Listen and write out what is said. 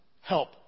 help